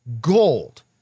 gold